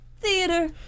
Theater